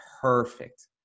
perfect